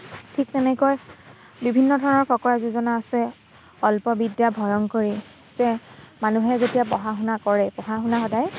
ঠিক তেনেকৈ বিভিন্ন ধৰণৰ ফকৰা যোজনা আছে অল্পবিদ্যা ভয়ংকৰী যে মানুহে যেতিয়া পঢ়া শুনা কৰে পঢ়া শুনা সদায়